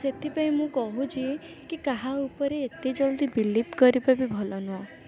ସେଥିପାଇଁ ମୁଁ କହୁଛି କି କାହା ଉପରେ ଏତେ ଜଲ୍ଦି ବିଲିଭ୍ କରିବା ବି ଭଲ ନୁହଁ